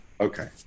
okay